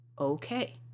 Okay